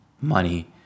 money